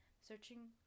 Searching-